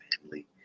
family